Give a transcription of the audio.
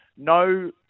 No